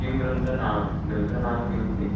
किं ग्रन्थनाम ग्रन्थनाम किमस्ति